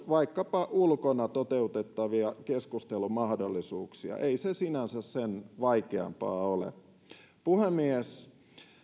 vaikkapa ulkona toteutettavia keskustelumahdollisuuksia ei se sinänsä sen vaikeampaa ole puhemies